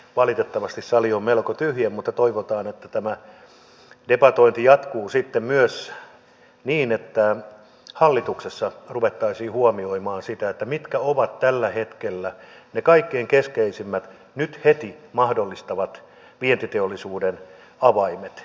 valitettavasti sali on melko tyhjä mutta toivotaan että tämä debatointi jatkuu sitten myös niin että hallituksessa ruvettaisiin huomioimaan sitä mitkä ovat tällä hetkellä ne kaikkein keskeisimmät nyt heti mahdollistavat vientiteollisuuden avaimet